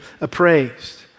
appraised